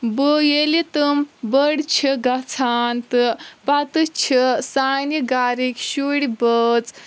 بہٕ ییٚلہِ تٔمۍ بٔڑۍ چھِ گژھان تہٕ پتہٕ چھِ سانہِ گرِکۍ شُرۍ بٲژ